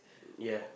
yeah